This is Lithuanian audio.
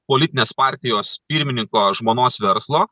politinės partijos pirmininko žmonos verslo